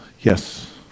Yes